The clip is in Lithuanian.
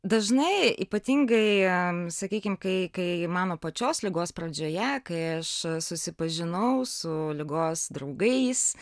dažnai ypatingai sakykim kai kai mano pačios ligos pradžioje kai aš susipažinau su ligos draugais